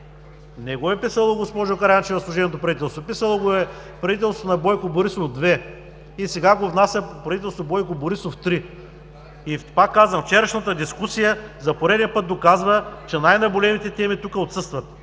Не го е писало служебното правителство, госпожо Караянчева. Писало го е правителството на Бойко Борисов 2, а сега го внася правителството на Бойко Борисов 3. Пак казвам, вчерашната дискусия за поред път доказва, че най-наболелите теми тук отсъстват.